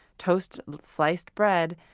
toast sliced bread,